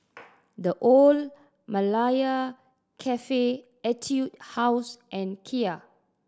The Old Malaya Cafe Etude House and Kia